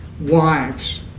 wives